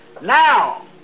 Now